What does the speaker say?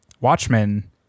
Watchmen